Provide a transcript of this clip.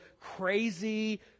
crazy